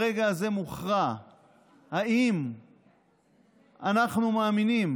ברגע הזה מוכרע האם אנחנו מאמינים